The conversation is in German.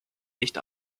nicht